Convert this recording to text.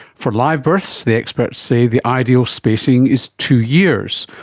for live births the experts say the ideal spacing is two years.